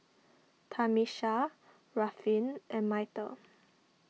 Tamisha Ruffin and Myrtle